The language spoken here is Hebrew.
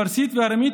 פרסית וארמית,